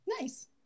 nice